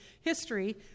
history